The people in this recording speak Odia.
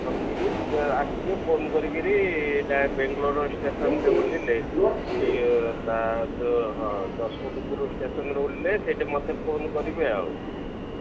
ରଖିକିରି ଯଦିଓ ଆସିବେ ଫୋନ୍ କରିକିରି ବାଙ୍ଗାଲୋର ଷ୍ଟେସନରେେ ଓହ୍ଲାଇଲେ ଇଏ ହଁ ଯଶମନ୍ତପୁର ଷ୍ଟେସନରେେ ଓହ୍ଲାଇଲେ ସେଇଠେ ମତେ ଫୋନ୍ କରିବେ ଆଉ